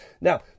Now